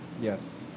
Yes